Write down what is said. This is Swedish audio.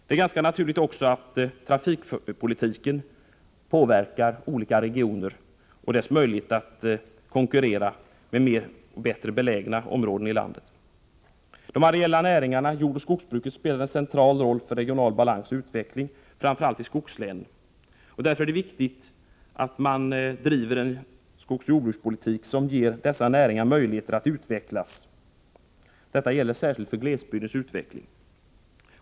Det är ganska naturligt också att trafikpolitiken påverkar olika regioner och möjligheten att konkurrera med bättre belägna områden i landet. De areala näringarna jordbruk och skogsbruk spelar en central roll för regional balans och utveckling framför allt i skogslänen. Därför är det viktigt att man driver sådan jordoch skogsbrukspolitik att dessa näringar får möjlighet att utvecklas. Detta gäller särskilt för glesbygdens utveckling.